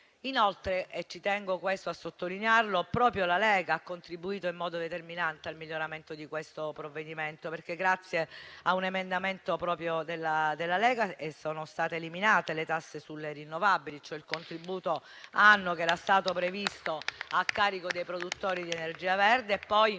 Inoltre, tengo a sottolineare che proprio la Lega ha contribuito in modo determinante al miglioramento di questo provvedimento, perché proprio grazie a un emendamento del mio Gruppo sono state eliminate le tasse sulle rinnovabili, cioè il contributo annuo che era stato previsto a carico dei produttori di energia verde.